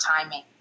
timing